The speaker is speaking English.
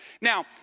Now